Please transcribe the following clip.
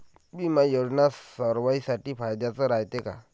बिमा योजना सर्वाईसाठी फायद्याचं रायते का?